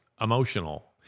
emotional